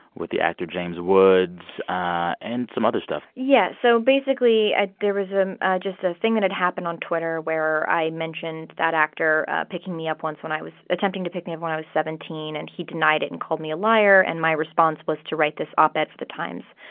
with the actor james woods ah and some other stuff yeah. so basically, ah there was ah just a thing that had happened on twitter where i mentioned that actor picking me up once when i was attempting to pick me up when i was seventeen, and he denied it and called me a liar. and my response was to write this op-ed for the times,